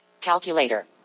Calculator